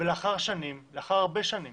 לאחר הרבה שנים